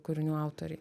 kūrinių autoriai